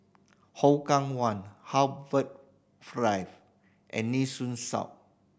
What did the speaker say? Hougang One Harbour and Nee Soon South